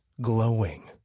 glowing